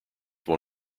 one